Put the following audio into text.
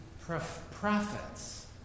prophets